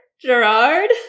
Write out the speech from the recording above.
Gerard